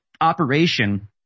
operation